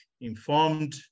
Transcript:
informed